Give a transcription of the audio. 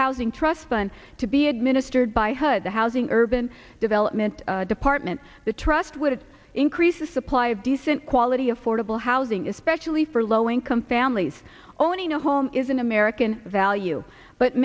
housing trust fund to be administered by her the housing urban development department the trust with increase the supply of decent quality affordable housing especially for low income families owning a home is an american value but